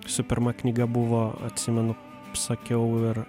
su pirma knyga buvo atsimenu sakiau ir